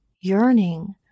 yearning